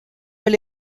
elle